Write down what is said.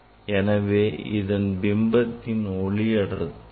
எனவே இதன் பிம்பத்தின் ஒளி அடர்த்தி